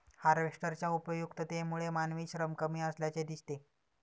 हार्वेस्टरच्या उपयुक्ततेमुळे मानवी श्रम कमी असल्याचे दिसते